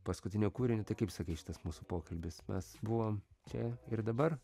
paskutinio kūrinio tai kaip sakai šitas mūsų pokalbis mes buvom čia ir dabar